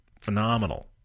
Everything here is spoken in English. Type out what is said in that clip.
phenomenal